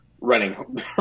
running